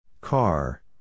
Car